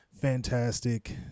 fantastic